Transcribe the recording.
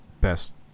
best